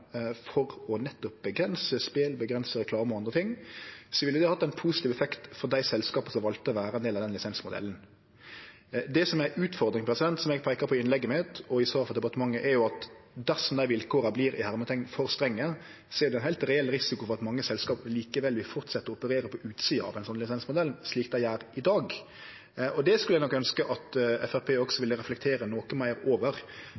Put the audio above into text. nettopp å avgrense spel, reklame og andre ting, ville det hatt ein positiv effekt for dei selskapa som valde å vere ein del av den lisensmodellen. Det som er utfordringa, som eg peikte på i innlegget mitt og i svar frå departementet, er at dersom vilkåra vert «for strenge» er det ein heilt reell risiko for at mange selskap likevel vil halde fram med å operere på utsida av ein slik lisensmodell, slik dei gjer i dag. Det skulle eg nok ønskje at Framstegspartiet ville reflektere noko meir over